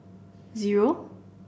zero